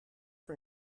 for